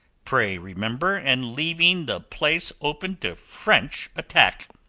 pray remember, and leaving the place open to french attack.